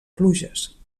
pluges